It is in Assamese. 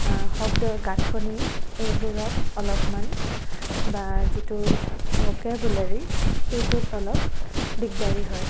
শব্দৰ গাঁথনি এইবোৰত অলপমান বা যিটো ভকেবুলাৰি সেইটোত অলপ দিগদাৰি হয়